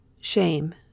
Shame